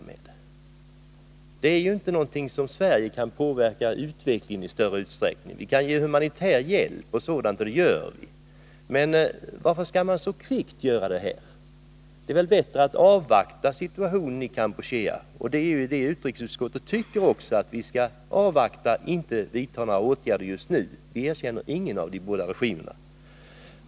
Sverige kan ju inte i någon större utsträckning påverka utvecklingen i länderna i fråga. Vi kan ge humanitär hjälp — och det gör vi. Varför skall vi så kvickt erkänna en regim? Det är väl bättre att vi avvaktar situationen i Kampuchea. Det är vad utrikesutskottet också tycker att vi skall göra. Vi skall inte vidta några åtgärder just nu — vi erkänner inte någon av de båda regimerna.